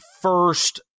first